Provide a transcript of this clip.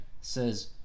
says